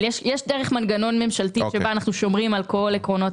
אבל יש דרך מנגנון ממשלתי בה אנחנו שומרים על כל עקרונות